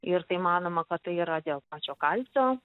ir tai manoma kad tai yra dėl pačio kalcio